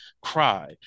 cry